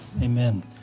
Amen